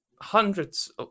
hundreds